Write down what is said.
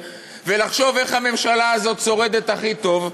ולחשוב איך הממשלה הזאת שורדת הכי טוב,